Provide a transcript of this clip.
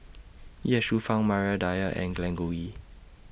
Ye Shufang Maria Dyer and Glen Goei